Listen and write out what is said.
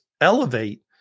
elevate